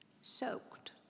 soaked